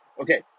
Okay